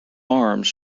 arms